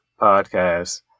podcast